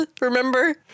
remember